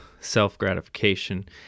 self-gratification